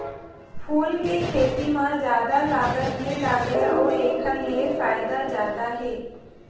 फूल के खेती म जादा लागत नइ लागय अउ एखर ले फायदा जादा हे